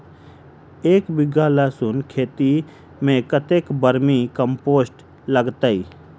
एक बीघा लहसून खेती मे कतेक बर्मी कम्पोस्ट लागतै?